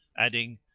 adding,